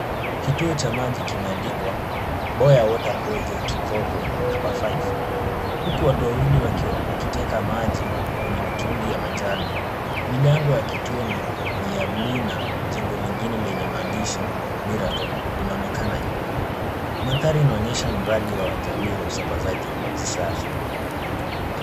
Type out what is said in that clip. Kituo cha maji kimeandikwa Boya Water Project KOKO namba five . Huku watu wawili wakiteka maji kwenye mitungi ya manjano. Milango ya kituo ni ya buluu na jengo lingine lenye maandishi miracle linaonekana nyuma. Mandhari inaonyesha mradi wa jamii wa usambazaji wa maj safi.